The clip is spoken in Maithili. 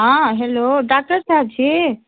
हॅं हैल्लो डॉक्टर साहब छी